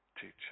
teacher